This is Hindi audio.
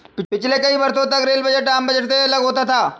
पिछले कई वर्षों तक रेल बजट आम बजट से अलग होता था